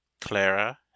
Clara